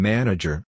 Manager